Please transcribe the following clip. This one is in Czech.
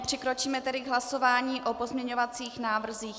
Přikročíme tedy k hlasování o pozměňovacích návrzích.